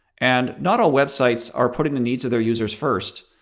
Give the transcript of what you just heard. and not all web sites are putting the needs of their users first.